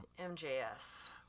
MJS